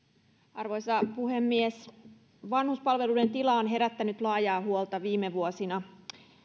arvoisa puhemies vanhuspalveluiden tila on herättänyt laajaa huolta viime vuosina